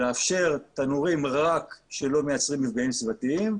לאפשר תנורים שלא מייצרים מפגעים סביבתיים,